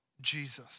Jesus